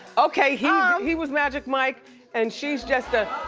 okay, he yeah he was magic mike and she's just a. ah,